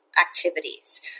activities